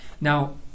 Now